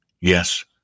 Yes